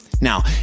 Now